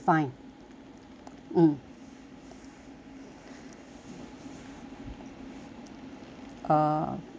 mm uh I